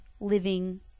living